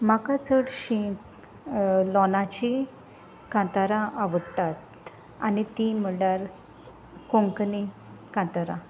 म्हाका चडशीं लोनाची कांतारां आवडटात आनी तीं म्हणल्यार कोंकणी कांतारां